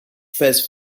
fes